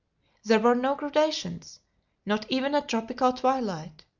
there were no gradations not even a tropical twilight.